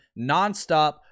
nonstop